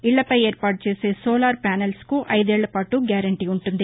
ఇళ్లపై ఏర్పాటు చేసే సోలార్ ప్యానెల్స్కు అయిదేళ్లపాటు గ్యారంటీ ఉంటుంది